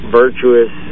virtuous